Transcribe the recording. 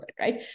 right